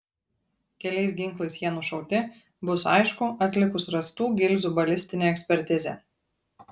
keliais ginklais jie nušauti bus aišku atlikus rastų gilzių balistinę ekspertizę